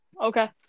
Okay